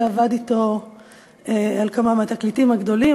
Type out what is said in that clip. שעבד אתו על כמה מהתקליטים הגדולים.